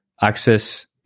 access